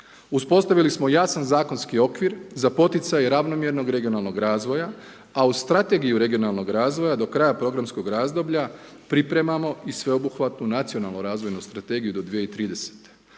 Uspostavili smo jasan zakonski okvir za poticaj ravnomjernog razvoja, a u strategiju regionalnog razvoja do kraja programskog razdoblja pripremamo i sveobuhvatnu nacionalnu razvojnu strategiju do 2030.